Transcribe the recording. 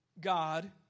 God